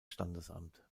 standesamt